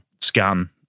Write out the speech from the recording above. scan